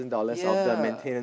ya